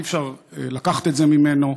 אי-אפשר לקחת את זה ממנו.